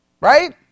right